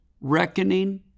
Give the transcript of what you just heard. reckoning